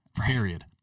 Period